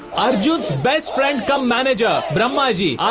arjun's best friend cum manager. brahmaji